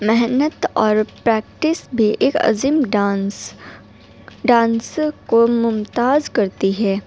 محنت اور پریکٹس بھی ایک عظیم ڈانس ڈانسر کو ممتاز کرتی ہے